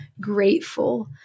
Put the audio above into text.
grateful